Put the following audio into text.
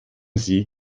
sie